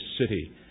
city